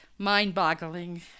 Mind-boggling